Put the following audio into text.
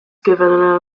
given